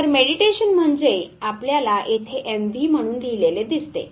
तर मेडीटेशन म्हणजे आपल्याला येथे MV म्हणून लिहिलेले दिसते